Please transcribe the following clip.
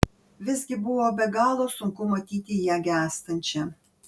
visgi buvo be galo sunku matyti ją gęstančią